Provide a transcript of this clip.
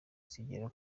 zigera